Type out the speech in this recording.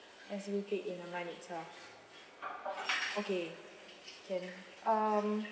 has to be paid in the month itself okay can um